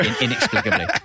inexplicably